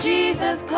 Jesus